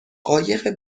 قایق